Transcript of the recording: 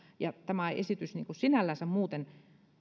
tämä esitys sinällänsä muuten